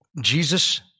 Jesus